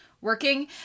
working